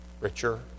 richer